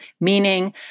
meaning